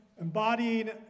embodying